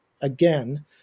again